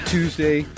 Tuesday